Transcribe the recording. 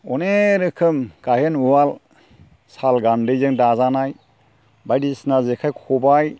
अनेक रोखोम गायहेन उवाल साल गान्दैजों दाजानाय बायदिसिना जेखाइ खबाय